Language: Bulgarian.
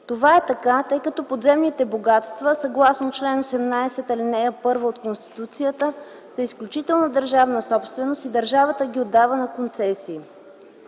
Това е така, тъй като подземните богатства съгласно чл. 18, ал. 1 от Конституцията са изключителна държавна собственост и държавата ги отдава на концесия.